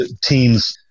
teams